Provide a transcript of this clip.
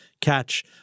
catch